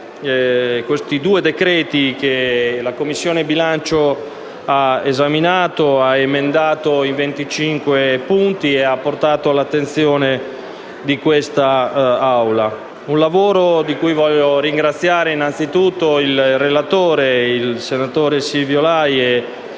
i due decreti-legge che la Commissione bilancio ha esaminato ed emendato in 25 punti, e portato all'attenzione di questa Assemblea. Un lavoro di cui voglio ringraziare anzitutto il relatore, il senatore Silvio Lai,